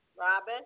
Robin